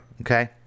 Okay